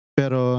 pero